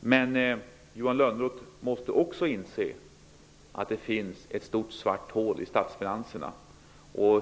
Men Johan Lönnroth måste också inse att det finns ett stort svart hål i statsfinanserna.